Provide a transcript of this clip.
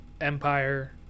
Empire